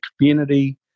community